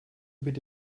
bitte